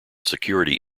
security